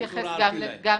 אני מבקשת להתייחס גם לזה.